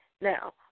Now